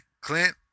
Clint